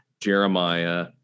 Jeremiah